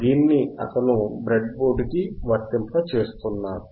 దీనిని అతను bread board కి వర్తింప చేస్తున్నాడు